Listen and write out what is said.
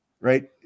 Right